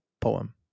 poem